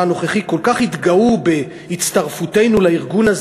הנוכחי כל כך התגאו על הצטרפותנו אליו,